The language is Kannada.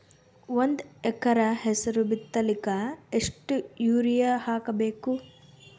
ಒಂದ್ ಎಕರ ಹೆಸರು ಬಿತ್ತಲಿಕ ಎಷ್ಟು ಯೂರಿಯ ಹಾಕಬೇಕು?